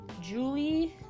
Julie